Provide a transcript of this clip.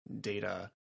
data